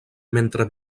mentre